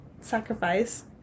sacrifice